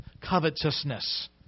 covetousness